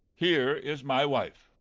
here is my wife.